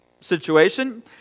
situation